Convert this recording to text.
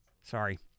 Sorry